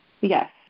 Yes